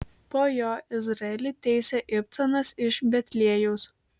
po jo izraelį teisė ibcanas iš betliejaus